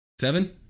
Seven